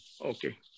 Okay